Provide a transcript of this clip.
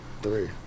three